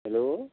hello